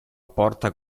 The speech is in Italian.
porta